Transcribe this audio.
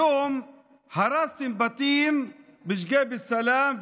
היום הרסתם בתים בשקֵיב א-סלאם,